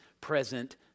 present